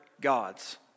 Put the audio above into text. gods